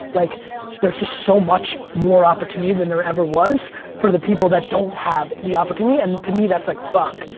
like there's just so much more opportunity than there ever was for the people that don't have the opportunity, and to me, that's, like fuck,